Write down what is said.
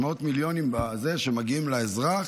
יש מאות מיליונים שמגיעים לאזרח,